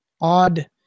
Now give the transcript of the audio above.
odd